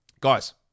Guys